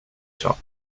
shop